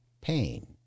pain